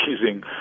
using